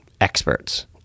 experts